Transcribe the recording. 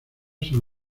san